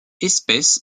espèce